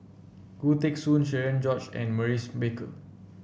Khoo Teng Soon Cherian George and Maurice Baker